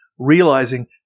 realizing